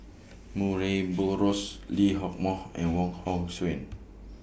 Murray Buttrose Lee Hock Moh and Wong Hong Suen